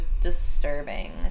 disturbing